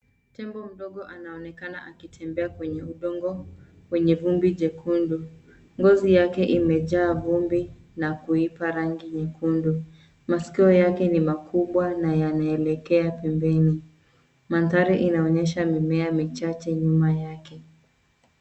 Tembo mdogo anaonekana akitembea kwenye udongo wenye vumbi jekundu. Ngozi yake imejaa vumbi na kuipa rangi nyekundu. Masikio yake ni makubwa na yanaelekea pembeni. Mandhari inaonyesha mimea michache nyuma yake.